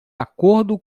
acordo